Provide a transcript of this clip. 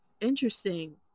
interesting